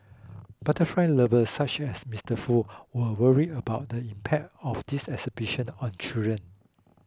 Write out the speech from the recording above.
butterfly lovers such as Mister Foo were worried about the impact of this exhibition on children